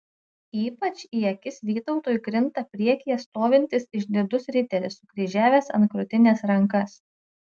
ypač į akis vytautui krinta priekyje stovintis išdidus riteris sukryžiavęs ant krūtinės rankas